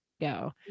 go